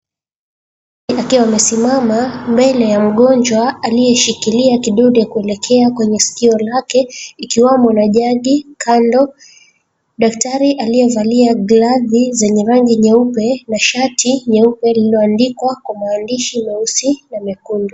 Akiwa amesimama mbele ya mgonjwa aliyeshikilia kidude kuelekea kwenye sikio lake ikiwamo na jagi kando, daktari aliyevalia glavu zenye rangi nyeupe na shati nyeupe lililoandikwa kwa maandishi meusi na mekundu.